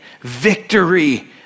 victory